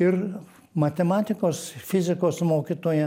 ir matematikos fizikos mokytoja